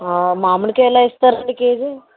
మామిడి కాయలు ఎలా ఇస్తారండి కేజీ